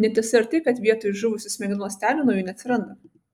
netiesa ir tai kad vietoj žuvusių smegenų ląstelių naujų neatsiranda